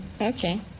Okay